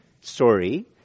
Sorry